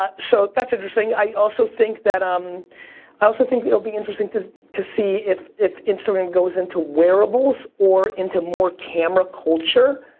ah so, that's interesting, i also think that, um i also think that it'll be interesting to to see if if instagram goes into wearables, or into more camera-culture.